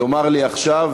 יאמר לי עכשיו.